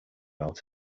out